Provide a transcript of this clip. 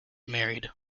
married